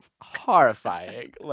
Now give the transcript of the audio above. Horrifying